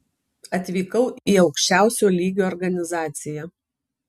atvykau į aukščiausio lygio organizaciją